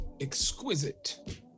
exquisite